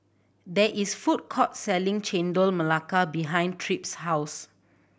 there is food court selling Chendol Melaka behind Tripp's house